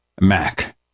Mac